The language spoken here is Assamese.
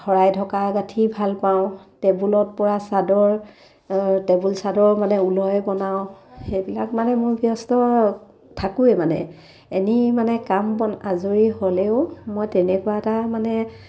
শৰাই ঢকা গাঁঠি ভালপাওঁ টেবুলত পৰা চাদৰ টেবুল চাদৰ মানে ঊলাৰে বনাওঁ সেইবিলাক মানে মোৰ ব্যস্ত থাকোঁৱেই মানে এনেই মানে কাম বন আজৰি হ'লেও মই তেনেকুৱা এটা মানে